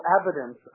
evidence